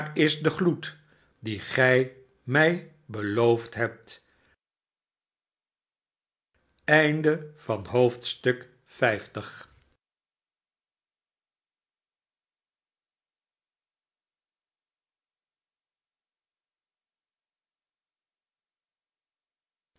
is tie gloed dien gij mij beloofd hebt